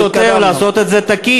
זה לא סותר, לעשות את זה תקין.